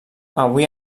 avui